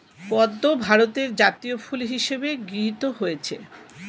পদ্ম ভারতের জাতীয় ফুল হিসেবে গৃহীত হয়েছে